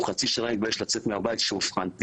הוא חצי שנה התבייש לצאת מהבית כשאובחנתי,